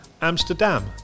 Amsterdam